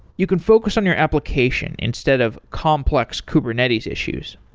you can focus on your application instead of complex kubernetes issues.